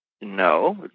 No